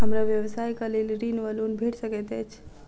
हमरा व्यवसाय कऽ लेल ऋण वा लोन भेट सकैत अछि?